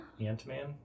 Ant-Man